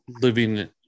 living